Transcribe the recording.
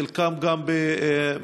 חלקם גם במזרח-ירושלים,